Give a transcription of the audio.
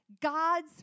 God's